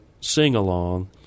sing-along